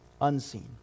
unseen